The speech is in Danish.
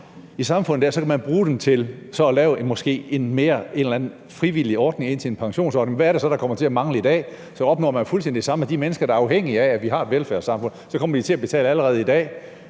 i samfundet, kan man bruge dem til at lave en eller anden måske mere frivillig pensionsordning. Men hvad er det så, der kommer til at mangle i dag? Så opnår man jo fuldstændig det samme, nemlig at de mennesker, der er afhængige af, at vi har et velfærdssamfund, kommer til at betale allerede i dag,